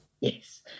yes